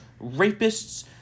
rapists